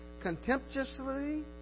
contemptuously